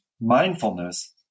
mindfulness